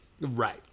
Right